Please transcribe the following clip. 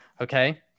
okay